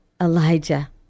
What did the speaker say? Elijah